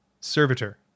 Servitor